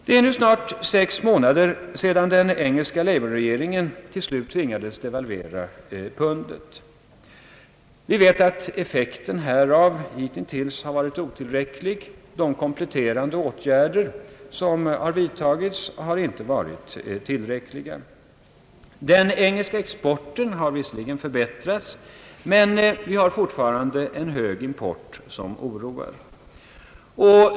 Det är nu snart sex månader sedan den engelska labourregeringen till slut tvingades devalvera pundet. Vi vet att effekten härav hittills varit otillräcklig. De kompletterande åtgärder som vidtagits har inte varit tillräckliga. Den engelska exporten har visserligen förbättrats, men en fortsatt hög import oroar.